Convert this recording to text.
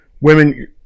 women